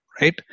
right